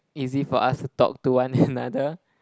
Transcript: easy for us to talk to one another